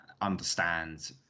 understand